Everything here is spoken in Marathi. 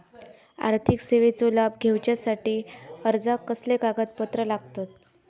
आर्थिक सेवेचो लाभ घेवच्यासाठी अर्जाक कसले कागदपत्र लागतत?